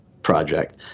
project